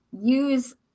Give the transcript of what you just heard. use